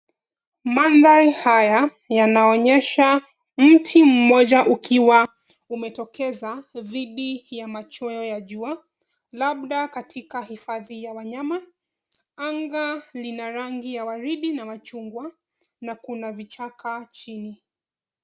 Mandhari haya yanaonyesha mti mmoja ukiwa umetokeza dhidi ya machweo ya jua labda katika hifadhi ya wanyama. Anga lina rangi ya waridi na machungwa na kuna vichaka chini.